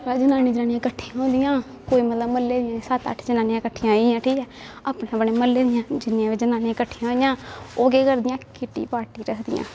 जनानियां जनानियां कट्ठी होंदियां कोई मतलब म्हल्ले दियां सत्त अट्ठ जनानियां कट्ठियां होई गेइयां ठीक ऐ अपने अपने म्हल्ले दियां जिन्नियां बी जनानियां कट्ठियां ओह् केह् करदियां किटी पार्टी रखदियां